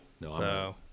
no